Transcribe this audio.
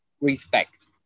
respect